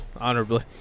honorably